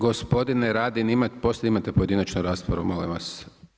Gospodine Radin poslije imate pojedinačnu raspravu molim vas.